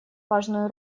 важную